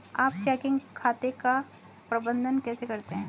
आप चेकिंग खाते का प्रबंधन कैसे करते हैं?